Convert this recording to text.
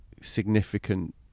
significant